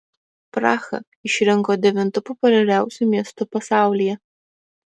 prahą išrinko devintu populiariausiu miestu pasaulyje